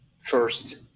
first